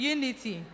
Unity